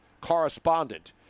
correspondent